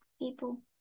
people